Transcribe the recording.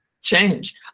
change